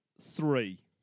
Three